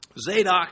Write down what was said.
Zadok